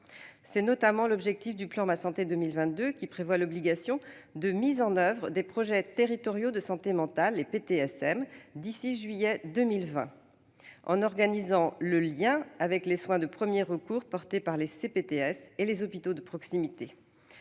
C'est notamment l'objectif du plan Ma santé 2022, qui prévoit une obligation de mise en oeuvre des projets territoriaux de santé mentale (PTSM) d'ici à juillet 2020, en organisant le lien avec les soins de premier recours portés par les CPTS (communautés